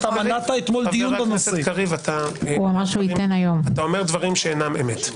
חבר הכנסת קריב, אתה אומר דברים שאינם אמת.